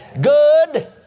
Good